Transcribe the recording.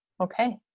Okay